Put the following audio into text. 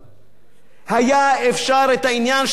היה אפשר את העניין של ערוץ-10,